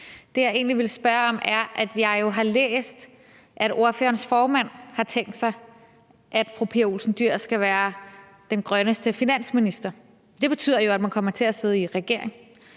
jeg har læst, at ordførerens formand, fru Pia Olsen Dyhr, har tænkt sig, at hun ville være den grønneste finansminister. Det betyder jo, at man kommer til at sidde i regering.